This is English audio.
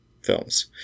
films